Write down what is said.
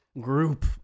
group